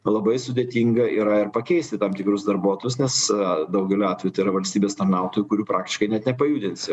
labai sudėtinga yra ir pakeisti tam tikrus darbuotojus nes daugeliu atvejų tai yra valstybės tarnautojų kurių praktiškai net nepajudinsi